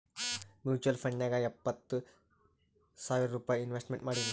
mutual ಫಂಡ್ನಾಗ್ ಇಪ್ಪತ್ತು ಸಾವಿರ್ ರೂಪೈ ಇನ್ವೆಸ್ಟ್ಮೆಂಟ್ ಮಾಡೀನಿ